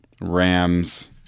Rams